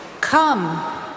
Come